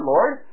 Lord